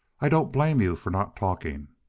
i don't blame you for not talking.